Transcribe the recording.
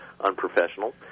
unprofessional